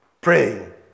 praying